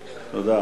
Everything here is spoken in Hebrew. לך.